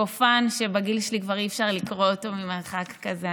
גופן שבגיל שלי כבר אי-אפשר לקרוא אותו ממרחק כזה.